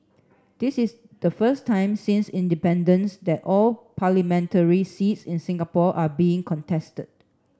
this is the first time since independence that all parliamentary seats in Singapore are being contested